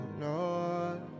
Lord